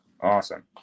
awesome